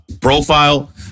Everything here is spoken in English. profile